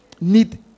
need